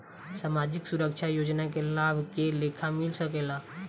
सामाजिक सुरक्षा योजना के लाभ के लेखा मिल सके ला?